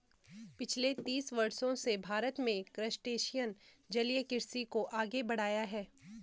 पिछले तीस वर्षों से भारत में क्रस्टेशियन जलीय कृषि को आगे बढ़ाया है